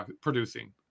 producing